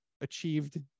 achieved